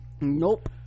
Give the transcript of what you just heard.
nope